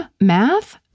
Math